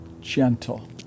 gentle